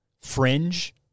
Fringe